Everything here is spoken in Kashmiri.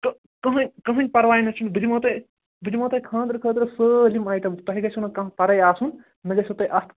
کٔہٕنٛۍ پرواے حظ چھُنہٕ بہٕ دِمٕہو تۄہہِ بہٕ دِمٕہو تۄہہِ خانٛدرٕ خٲطرٕ سٲالِم آیٹَم تۄہہِ گَژِھوٕ نہٕ کانٛہہ پَرے آسُن نہٕ گَژِھو تۄہہِ اَتھ